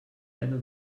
better